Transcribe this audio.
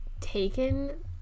taken